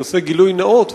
אני עושה גילוי נאות,